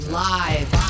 live